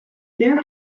their